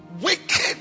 wicked